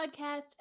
podcast